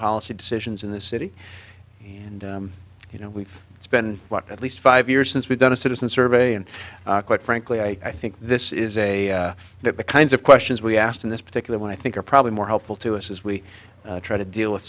policy decisions in the city and you know it's been what at least five years since we've done a citizen survey and quite frankly i think this is a that the kinds of questions we asked in this particular one i think are probably more helpful to us as we try to deal with